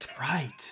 Right